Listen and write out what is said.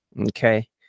Okay